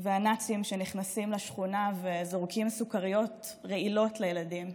הנאצים שנכנסים לשכונה וזורקים סוכריות רעילות לילדים,